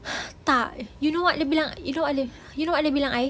tak you know what bilang you know what dia bilang you know dia bilang I